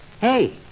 Hey